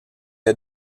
est